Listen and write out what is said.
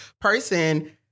person